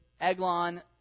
Eglon